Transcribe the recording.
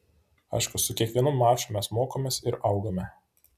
aišku su kiekvienu maču mes mokomės ir augame